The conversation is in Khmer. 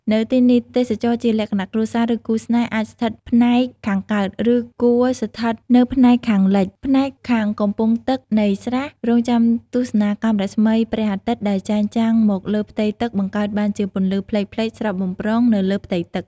នៅទីនេះ ទេសចរជាលក្ខណៈគ្រួសារ ឬគូស្នេហ៍ អាចស្ថិតផ្នែកខាងកើត ឬ គួរស្ថិតនៅផ្នែកខាងលិច ផ្នែកខាងកំពង់ទឹកនៃស្រះ រង់ចាំទស្សនាកាំរស្មីព្រះអាទិត្យដែលចែងចាំងមកលើផ្ទៃទឹកបង្កើតបានជាពន្លឺផ្លេកៗស្រស់បំព្រងនៅលើផ្ទៃទឹក។